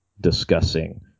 discussing